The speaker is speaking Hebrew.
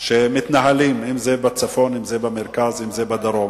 אם בצפון, אם במרכז ואם בדרום.